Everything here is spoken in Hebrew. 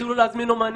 תתחילו להזמין אמנים,